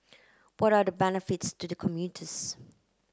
what are the benefits to the commuters